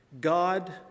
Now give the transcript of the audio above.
God